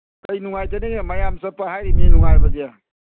ꯀꯔꯤꯒꯤ ꯅꯨꯡꯉꯥꯏꯇꯅꯦꯒꯦ ꯃꯌꯥꯝ ꯆꯠꯄ ꯍꯥꯏꯔꯤꯅꯤ ꯅꯨꯡꯉꯥꯏꯕꯁꯦ